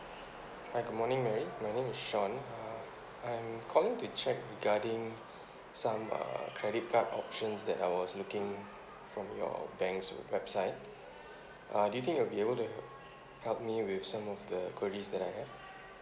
hi good morning mary my name is sean uh I'm calling to check regarding some uh credit card options that I was looking from your bank's website uh do you think you'll be able to help me with some of the queries that I have